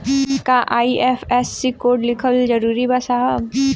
का IFSC code लिखल जरूरी बा साहब?